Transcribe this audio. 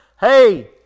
Hey